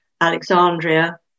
Alexandria